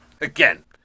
Again